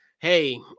hey